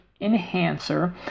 enhancer